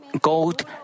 gold